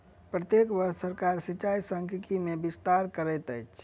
प्रत्येक वर्ष सरकार सिचाई सांख्यिकी मे विस्तार करैत अछि